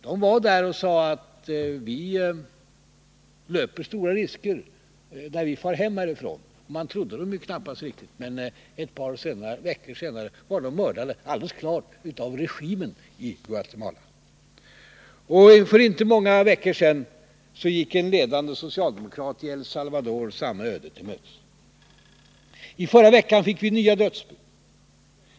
De sade där att ”vi löper stora risker när vi far hem härifrån”. Man trodde dem knappast riktigt, men några veckor senare var de mördade — alldeles klart av regimen i Guatemala. För inte många veckor sedan gick en ledande socialdemokrat i El Salvador samma öde till mötes. Och i förra veckan fick vi nya dödsbud.